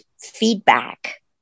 feedback